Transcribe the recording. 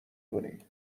کنی